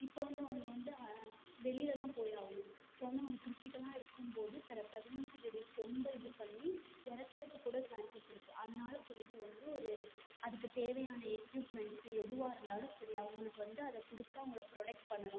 இப்போ வந்து அவங்க வந்து வெளியில் தான் போய் ஆகணும் இப்போ வந்து அவங்க கிரிட்டிக்கல்லாக இருக்கும் போது சில பிரக்னன்ஸி லேடிஸ் ரொம்ப இது பண்ணி இறக்குறதுக்குக் கூட சான்சஸ் இருக்குது அதனால சொல்லிட்டு வந்து ஒரு அதுக்கு தேவையான எக்யூப்மென்ட்ஸ்சு எதுவாக இருந்தாலும் சரி அவங்குளுக்கு வந்து அதை கொடுத்து அவங்கள ப்ரொடெக்ட் பண்ணணும்